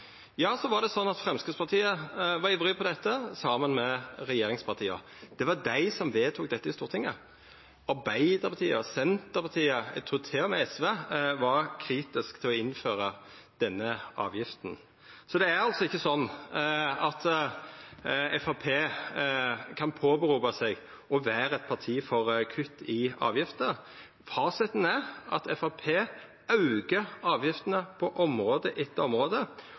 var Framstegspartiet ivrig på dette, saman med regjeringspartia. Det var dei som vedtok dette i Stortinget. Arbeidarpartiet og Senterpartiet – eg trur til og med SV – var kritiske til å innføra denne avgifta. Det er altså ikkje sånn at Framstegspartiet kan hevda å vera eit parti for kutt i avgifter. Fasiten er at Framstegspartiet aukar avgiftene på område etter område.